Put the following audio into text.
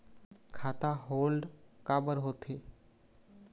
खाता होल्ड काबर होथे?